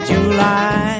July